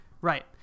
Right